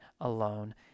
alone